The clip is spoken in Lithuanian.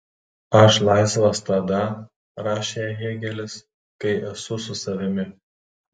aš laisvas tada rašė hėgelis kai esu su savimi